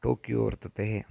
Tokyo वर्तते